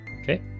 okay